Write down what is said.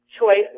choice